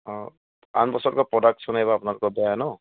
অঁ আন বছৰতকৈ প্ৰডাক্টশ্যন এইবাৰ আপোনালোকৰ বেয়া ন